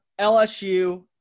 LSU